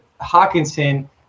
Hawkinson